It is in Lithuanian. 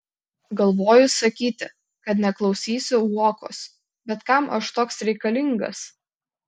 galvoju sakyti kad neklausysiu uokos bet kam aš toks reikalingas